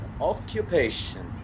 occupation